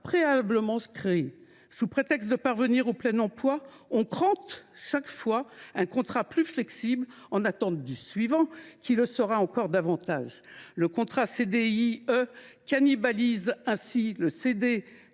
substitue à lui. Sous prétexte de parvenir au plein emploi, on crante chaque fois un contrat plus flexible, en attendant le suivant qui le sera encore davantage. Le CDIE cannibalise ainsi le CDI